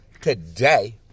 today